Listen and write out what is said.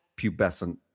pubescent